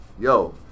yo